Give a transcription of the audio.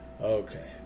Okay